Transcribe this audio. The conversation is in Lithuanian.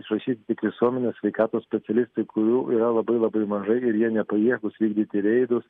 išrašyt tik visuomenės sveikatos specialistai kurių yra labai labai mažai ir jie nepajėgūs vykdyti reidus